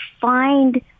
find